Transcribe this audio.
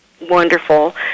wonderful